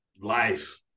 life